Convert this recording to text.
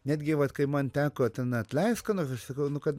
netgi vat kai man teko ten atleist ką nors aš sakau nu kad